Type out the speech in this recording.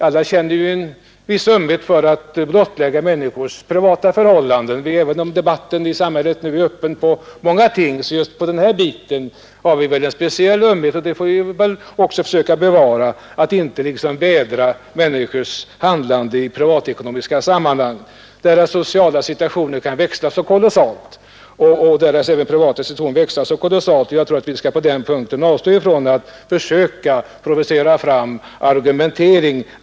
Alla känner vi en viss tveksamhet för att blottlägga människors privata förhållanden. Även om debatten i samhället nu är öppen i fråga om många ting så är väl människor just i detta avseende speciellt känsliga. Vi bör därför försöka undvika att vädra människors handlande i privatekonomiska sammanhang. Deras privata sociala situationer kan växla så kolossalt, att vi på den punkten bör avstå ifrån att försöka provocera fram argumentering.